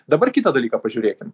dabar kitą dalyką pažiūrėkim